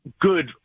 good